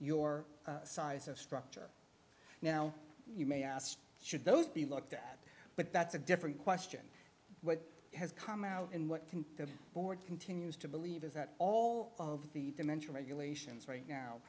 your size of structure now you may ask should those be looked at but that's a different question what has come out and what can the board continues to believe is that all of the financial regulations right now